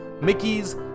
Mickey's